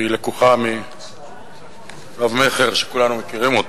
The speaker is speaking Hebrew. והיא לקוחה מרב-מכר שכולנו מכירים אותו,